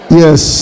yes